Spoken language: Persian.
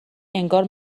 انگار